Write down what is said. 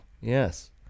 Yes